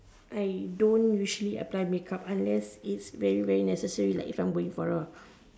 I don't usually apply make up unless is very very necessary like if I am going for a